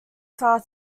far